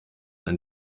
ein